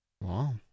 Wow